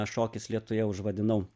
šokis lietuje užvadinau